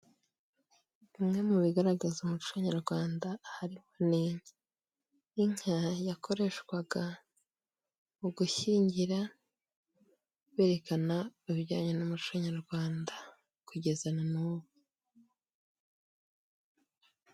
Bimwe mu bigaragaza umuco nyarwanda harimo n'inka. Inka yakoreshwaga mu gushyingira berekana ibijyanye n'umuco nyarwanda kugeza na n'ubu.